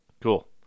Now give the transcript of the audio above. Cool